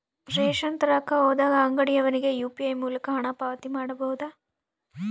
Ration ತರಕ ಹೋದಾಗ ಅಂಗಡಿಯವನಿಗೆ ಯು.ಪಿ.ಐ ಮೂಲಕ ಹಣ ಪಾವತಿ ಮಾಡಬಹುದಾ?